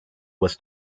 was